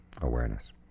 awareness